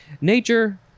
Nature